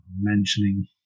mentioning